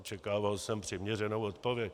Očekával jsem přiměřenou odpověď.